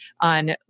on